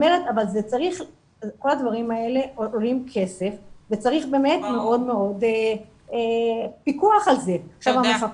אבל כל הדברים האלה עולים כסף וצריך מאוד מאוד פיקוח על זה.